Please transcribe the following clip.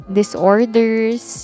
disorders